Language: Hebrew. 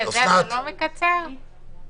התקנות אושרו.